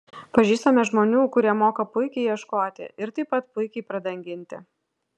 pažįstame žmonių kurie moka puikiai ieškoti ir taip pat puikiai pradanginti